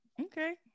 Okay